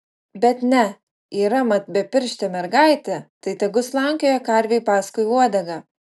bet ne yra mat bepirštė mergaitė tai tegu slankioja karvei paskui uodegą